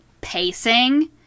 pacing